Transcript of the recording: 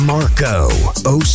Marco